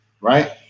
right